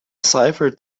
cipher